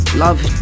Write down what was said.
love